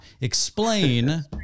explain